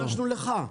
הגשנו לך.